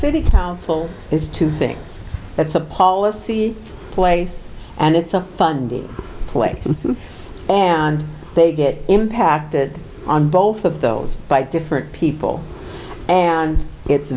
city council is two things it's a policy place and it's a fund play and they get impacted on both of those by different people and it's